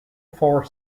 four